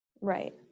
Right